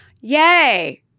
Yay